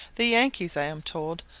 the yankees, i am told,